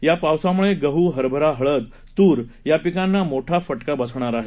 या पावसामुळे गहू हरभरा हळद तूर या पिकांना मोठा फटका बसणार आहे